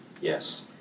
Yes